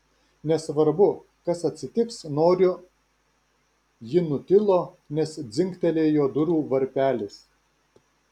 nesvarbu kas atsitiks noriu ji nutilo nes dzingtelėjo durų varpelis